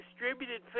distributed